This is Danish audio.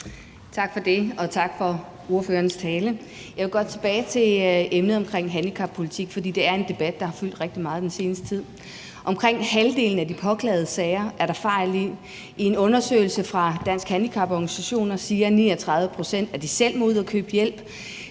Tak for det, og tak for ordførerens tale. Jeg vil godt tilbage til emnet omkring handicappolitik, for det er en debat, der har fyldt rigtig meget i den seneste tid. I omkring halvdelen af de påklagede sager er der fejl. I en undersøgelse fra Danske Handicaporganisationer siger 39 pct., at de selv må ud at købe hjælp.